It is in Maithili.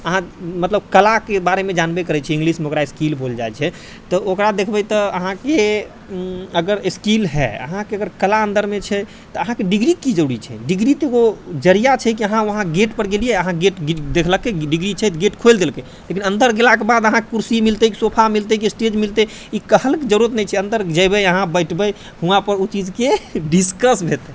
अहाँ मतलब कलाके बारेमे जानबे करै छियै इंगलिश ओकरा स्किल बोलल जाइ छै तऽ ओकरा देखबै तऽ अहाँके अगर स्किल हय अहाँके अगर कला अन्दरमे छै तऽ अहाँके डिग्रीके की जरूरी छै डिग्री तऽ ओ जरिया छै कि अहाँ उहाँ गेटपर गेलियै अहाँ गेट देखलकै डिग्री छै तऽ गेट खोलि देलकै लेकिन अन्दर गेलाके बाद अहाँके कुर्सी मिलतै कि सोफा मिलतै कि स्टेज मिलतै ई कहै लए जरूरत नहि मिलतै अन्दर जेबै अहाँ बैठबै उहाँपर उ चीज के डिस्कस हेतै